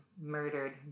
murdered